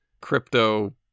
Crypto